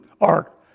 ark